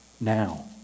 now